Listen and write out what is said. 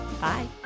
Bye